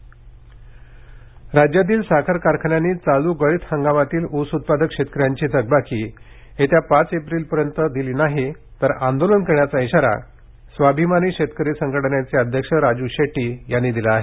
राजू शेट्टी राज्यातील साखर कारखान्यांनी चालू गळीत हंगामातील ऊस उत्पादक शेतकऱ्यांची थकबाकी येत्या पाच एप्रिलपर्यंत न दिल्यास आंदोलन करण्याचा इशारा स्वाभिमानी शेतकरी संघटनेचे अध्यक्ष राजू शेट्टी यांनी दिला आहे